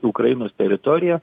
į ukrainos teritoriją